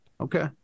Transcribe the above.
Okay